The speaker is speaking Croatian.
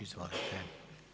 Izvolite.